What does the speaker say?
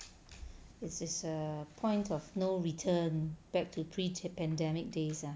it is a point of no return back to pre-pandemic days ah